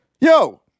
Yo